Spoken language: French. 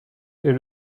est